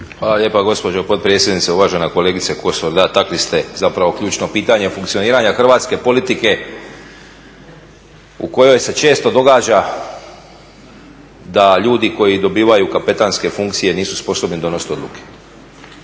Hvala lijepa gospođo potpredsjednice. Uvažena kolegice Kosor, da takli ste zapravo ključno pitanje funkcioniranja hrvatske politike u kojoj se često događa da ljudi koji dobivaju kapetanske funkcije nisu sposobni donositi odluke,